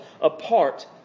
apart